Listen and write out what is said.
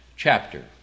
chapter